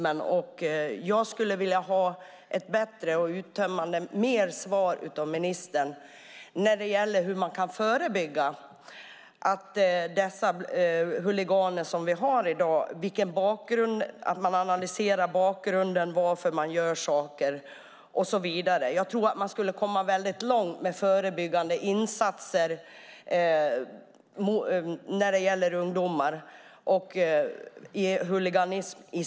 Jag skulle vilja ha ett bättre och mer uttömmande svar av ministern om hur huliganism kan förebyggas. Man måste analysera bakgrunden till varför saker görs. Jag tror att det går att komma långt med förebyggande insatser när det gäller ungdomar och huliganism.